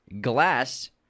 Glass